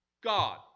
God